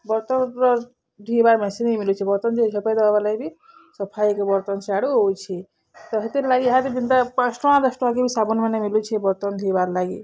ବର୍ତ୍ତନ୍ର ଧୁଇବାର୍ ମେସିନ୍ ବି ମିଲୁଛେ ବର୍ତ୍ତନ୍ ଯଦି ଝପେଇ ଦେବ ବେଲେ ବି ସଫା ହେଇକି ବର୍ତ୍ତନ୍ ସେଆଡ଼ୁ ଆଉଛେ ତ ହେଥିର୍ ଲାଗି ଇହାଦେ ଜେନ୍ଟା ପାଞ୍ଚ୍ ଟଙ୍କା ଦଶ୍ ଟଙ୍କାକେ ବି ସାବୁନ୍ମାନେ ମିଲୁଛେ ବର୍ତ୍ତନ୍ ଧୁଇବାର୍ ଲାଗି